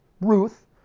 Ruth